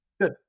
Good